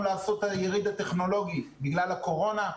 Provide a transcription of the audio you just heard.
לעשות את היריד הטכנולוגי בגלל הקורונה.